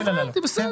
הבנתי, בסדר.